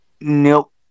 Nope